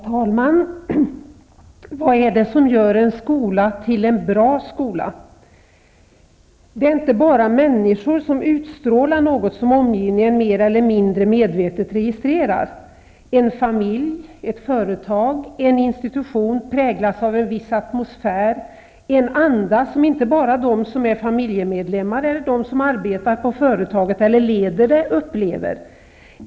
Herr talman! Vad är det som gör en skola till en bra skola? Det är inte bara människor som utstrålar något som omgivningen mer eller mindre medvetet registrerar. En familj, ett företag, en institution präglas av en viss atmosfär, en anda som inte bara de som är familjemedlemmar, de som arbetar på företaget eller de som leder det upplever.